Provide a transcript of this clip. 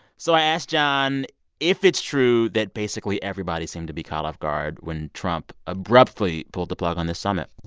so i asked john if it's true that basically everybody seemed to be caught off-guard when trump abruptly pulled the plug on this summit